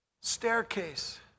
staircase